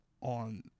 on